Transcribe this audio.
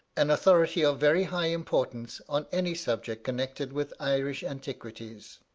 an authority of very high importance on any subject connected with irish antiquities.